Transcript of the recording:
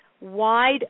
wide